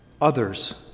others